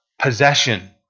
possession